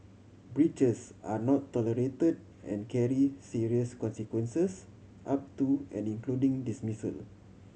breaches are not tolerate and carry serious consequences up to and including dismissal